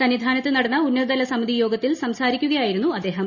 സന്നിധാനത്ത് നടന്ന ഉന്നതതല സമിതി യോഗത്തിൽ സംസാരിക്കുകയായിരുന്നു അദ്ദേഹം